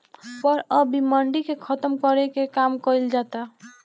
पर अब इ मंडी के खतम करे के काम कइल जाता